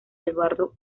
eduardo